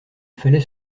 fallait